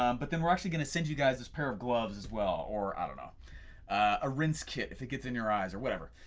um but then we're actually gonna send you guys this pair of gloves as well, or i and a rinse kit if it gets in your eyes, or whatever.